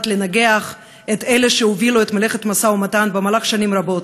לנגח את אלה שהובילו את מלאכת המשא-ומתן במהלך שנים רבות,